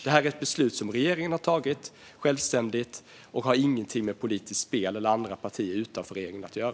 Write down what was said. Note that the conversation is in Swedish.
Detta är ett beslut som regeringen har tagit självständigt. Det har ingenting att göra med politiskt spel eller andra partier utanför regeringen.